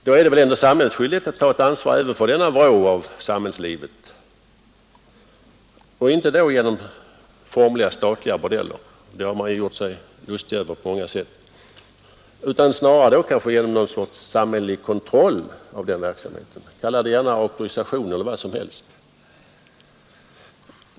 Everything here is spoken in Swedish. Då r det väl samhällets skyldighet att ta ansvar för även denna vrå av samhällslivet, inte genom formliga statliga bordeller — den tanken har man gjort sig lustig över på många sätt — utan snarare genom något slags samhällelig kontroll av den verksamheten, kalla det gärna auktorisation eller vad som helst.